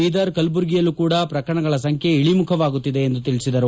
ಬೀದರ್ ಕಲಬುರಗಿಯಲ್ಲೂ ಕೂಡ ಪ್ರಕರಣಗಳ ಸಂಖ್ಯೆ ಇಳಿಮುಖವಾಗುತ್ತಿದೆ ಎಂದು ತಿಳಿಸಿದರು